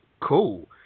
cool